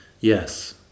yes